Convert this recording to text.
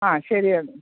ആ ശരിയാണ്